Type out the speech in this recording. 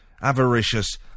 avaricious